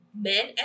men